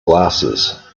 glasses